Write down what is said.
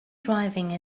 driving